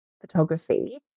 photography